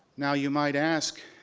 now, you might ask,